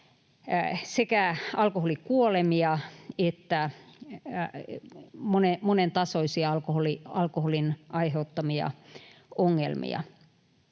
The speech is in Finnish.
sekä alkoholikuolemia että monen tasoisia alkoholin aiheuttamia ongelmia.